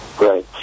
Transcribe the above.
Right